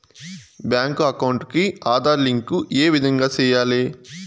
Bank account కి Aadhaar link ఏ విధంగా సెయ్యాలి?